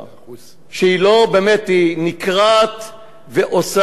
שהיא באמת נקרעת ועושה עבודת קודש.